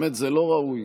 באמת, זה לא ראוי.